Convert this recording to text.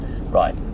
Right